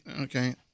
Okay